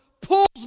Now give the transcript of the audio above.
pulls